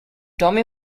tommy